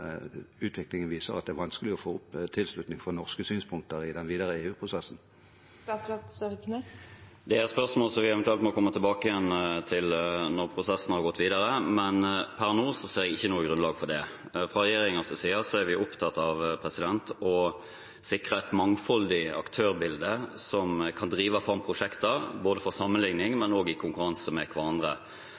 utviklingen viser at det er vanskelig å få tilslutning for norske synspunkter i den videre EU-prosessen? Det er et spørsmål som vi eventuelt må komme tilbake til når prosessen har gått videre, men per nå ser jeg ikke noe grunnlag for det. Fra regjeringens side er vi opptatt av å sikre et mangfoldig aktørbilde som kan drive fram prosjekter, både for sammenligning og i konkurranse med hverandre.